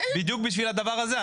בדיוק בשביל הדבר הזה.